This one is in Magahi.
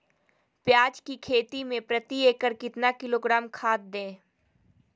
प्याज की खेती में प्रति एकड़ कितना किलोग्राम खाद दे?